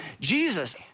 Jesus